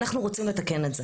אנחנו רוצים לתקן את זה,